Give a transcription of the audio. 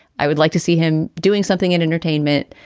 i would like to see him doing something in entertainment.